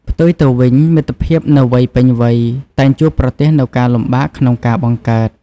ផ្ទុយទៅវិញ មិត្តភាពនៅវ័យពេញវ័យ តែងជួបប្រទះនូវការលំបាកក្នុងការបង្កើត។